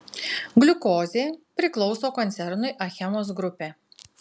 gliukozė priklauso koncernui achemos grupė